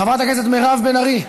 חברת הכנסת מירב בן ארי,